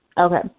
okay